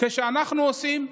כשאנחנו עושים,